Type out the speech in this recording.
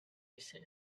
oasis